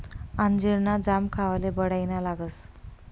अंजीर ना जाम खावाले बढाईना लागस